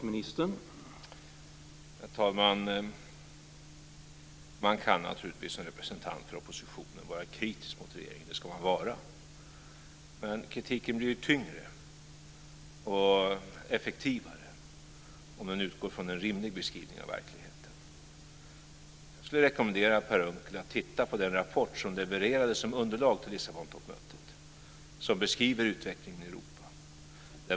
Herr talman! Man kan naturligtvis som representant för oppositionen vara kritisk mot regeringen. Det ska man vara. Men kritiken blir tyngre och effektivare om den utgår från en rimlig beskrivning av verkligheten. Jag skulle rekommendera Per Unckel att titta på den rapport som levererades som underlag till Lissabontoppmötet och som beskriver utvecklingen i Europa.